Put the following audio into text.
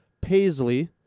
paisley